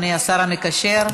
השר המקשר,